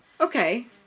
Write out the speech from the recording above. Okay